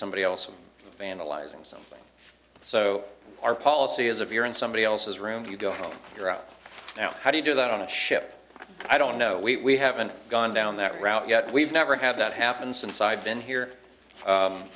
somebody else of vandalizing something so our policy is of you're in somebody else's room you go home you're out now how do you do that on a ship i don't know we haven't gone down that route yet we've never had that happen since i've been here